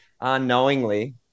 unknowingly